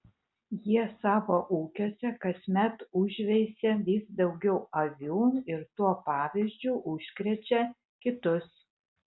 jie savo ūkiuose kasmet užveisia vis daugiau avių ir tuo pavyzdžiu užkrečia kitus